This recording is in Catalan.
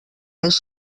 més